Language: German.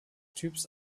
typs